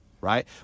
right